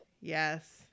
Yes